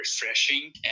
refreshing